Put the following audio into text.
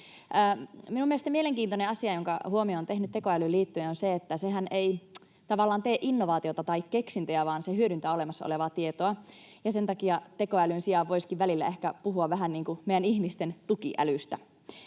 Minun mielestäni mielenkiintoinen asia, jonka huomion olen tehnyt tekoälyyn liittyen, on se, että sehän ei tavallaan tee innovaatioita tai keksintöjä vaan se hyödyntää olemassa olevaa tietoa, ja sen takia tekoälyn sijaan voisikin välillä ehkä puhua vähän niin kuin meidän ihmisten tukiälystä.